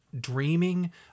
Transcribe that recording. dreaming